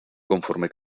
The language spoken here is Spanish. conforme